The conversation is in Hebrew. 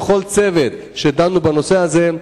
ולכל הצוות שדן בנושא הזה,